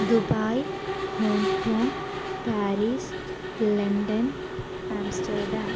Dubai Hong Kong Paris London Amsterdam